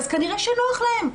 אז כנראה שנוח להם.